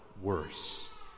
worse